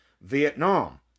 Vietnam